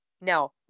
no